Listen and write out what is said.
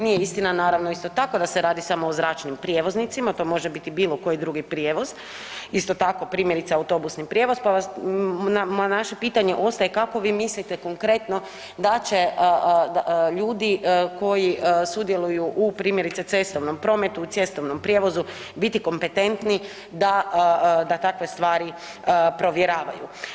Nije istina naravno isto tako da se radi samo o zračnim prijevoznicima, to može biti bilo koji drugi prijevoz, isto tako primjerice autobusni prijevoz, pa vas, naše pitanje ostaje kako vi mislite konkretno da će ljudi koji sudjeluju u primjerice cestovnom prometu, u cestovnom prijevozu biti kompetentni da takve stvari provjeravaju.